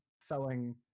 selling